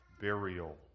burial